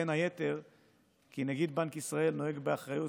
בין היתר כי נגיד בנק ישראל נוהג באחריות